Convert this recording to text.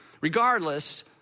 regardless